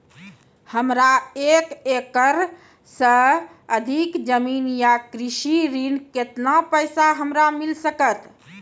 हमरा एक एकरऽ सऽ अधिक जमीन या कृषि ऋण केतना पैसा हमरा मिल सकत?